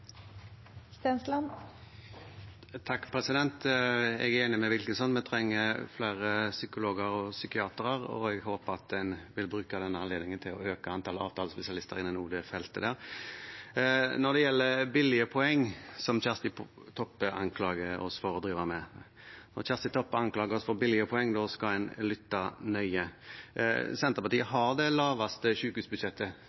enig med Wilkinson: Vi trenger flere psykologer og psykiatere, og jeg håper at en vil bruke denne anledningen til å øke antall avtalespesialister innen også det feltet der. Kjersti Toppe anklager oss for å drive med billige poeng. Når Kjersti Toppe anklager en for billige poeng, skal en lytte nøye. Senterpartiet